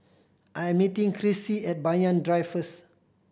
I'm meeting Krissy at Banyan Drive first